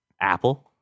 Apple